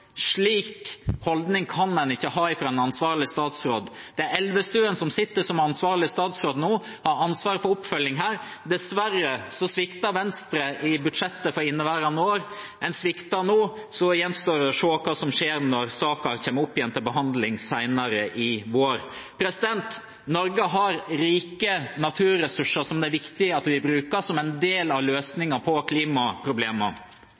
slik holdning kan ikke en ansvarlig statsråd ha. Det er Elvestuen som sitter som ansvarlig statsråd nå og har ansvar for oppfølgingen. Dessverre sviktet Venstre i budsjettet for inneværende år. De svikter nå. Så gjenstår det å se hva som skjer når saken kommer opp igjen til behandling senere i vår. Norge har rike naturressurser, som det er viktig at vi bruker som en del av